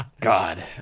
God